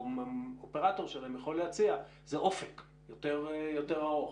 האופרטור שלהם יכול להציע זה אופק יותר ארוך.